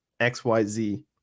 XYZ